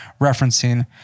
referencing